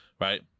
Right